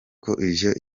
ivyo